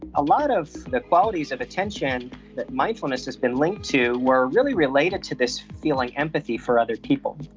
a lot of the qualities of attention that mindfulness has been linked to were really related to this feeling empathy for other people,